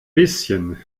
bisschen